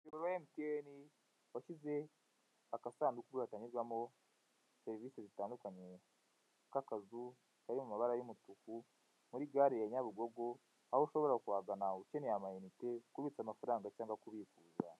MTN washyize agasanduku gatangirwamo serivisi zitandukanye k'akazu kari mu mabara y'umutuku muri gare ya Nyabugogo, aho ushobora kuhagana ukeneye amayinite kubitsa amafaranga cyangwa kubikuza.